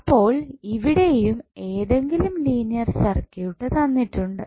അപ്പോൾ ഇവിടെയും ഏതെങ്കിലും ലീനിയർ സർക്യൂട്ട് തന്നിട്ടുണ്ട്